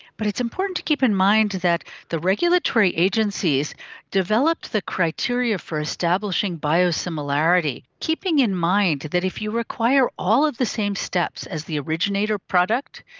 but it's important to keep in mind that the regulatory agencies developed the criteria for establishing biosimilarity, keeping in mind that if you require all of the same steps as the originator product,